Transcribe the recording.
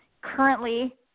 currently